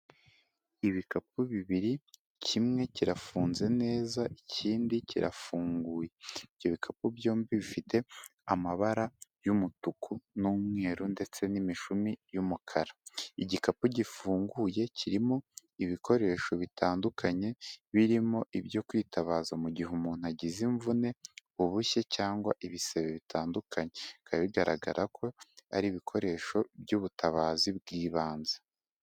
Ibikapu bibiri kimwe kirafunze neza ikindi kirafunguye, ibyo bikapu byombi bifite amabara y'umutuku n'umweru ndetse n'imishumi y'umukara, igikapu gifunguye kirimo ibikoresho bitandukanye birimo ibyo kwitabaza mu gihe umuntu agize imvune, ubushye cyangwa ibisebe bitandukanye, bikaba bigaragara ko ari ibikoresho by'ubutabazi bw'ibanze.